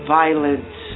violence